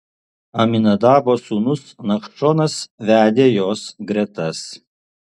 aminadabo sūnus nachšonas vedė jos gretas